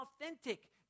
authentic